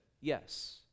yes